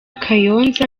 kayonza